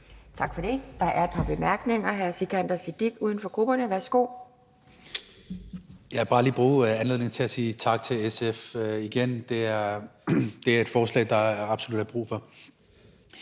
Tak for det. Der er et par bemærkninger. Hr. Sikandar Siddique, uden for grupperne. Værsgo. Kl. 11:40 Sikandar Siddique (UFG): Jeg vil bare lige bruge anledningen til igen at sige tak til SF. Det er et forslag, der absolut er brug for.